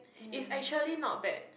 it actually not bad